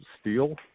steel